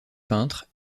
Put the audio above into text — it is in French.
peintre